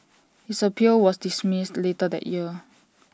his appeal was dismissed later that year